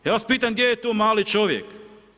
Ja vas pitam gdje je tu mali čovjek?